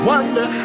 Wonder